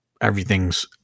everything's